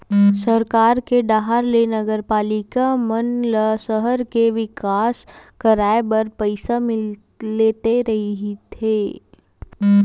सरकार के डाहर ले नगरपालिका मन ल सहर के बिकास कराय बर पइसा मिलते रहिथे